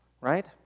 right